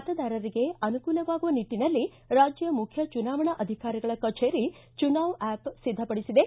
ಮತದಾರರಿಗೆ ಅನುಕೂಲವಾಗುವ ನಿಟ್ಟಿನಲ್ಲಿ ರಾಜ್ಯ ಮುಖ್ಯ ಚುನಾವಣಾ ಅಧಿಕಾರಿಗಳ ಕಛೇರಿ ಚುನಾವ್ ಆ್ಯಪ್ ಸಿದ್ದಪಡಿಸಿದೆ